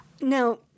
Now